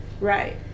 Right